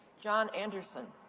jon anderson.